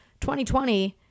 2020